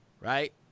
Right